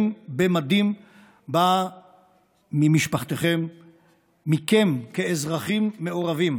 במדים באה ממשפחותיכם ומכם כאזרחים מעורבים.